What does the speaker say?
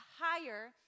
higher